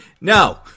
No